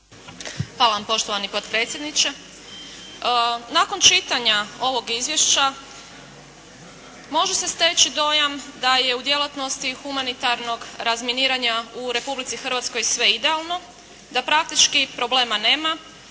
Hvala vam poštovani potpredsjedniče. Nakon čitanja ovog izvješća može se steći dojam da je u djelatnosti humanitarnog razminiranja u Republici Hrvatskoj sve idealno, da praktički problema nema